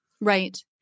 Right